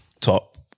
top